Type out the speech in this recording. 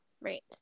Right